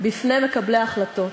בפני מקבלי ההחלטות.